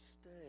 stay